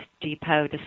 Depot